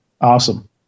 Awesome